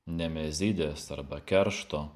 nemezidės arba keršto